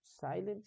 silent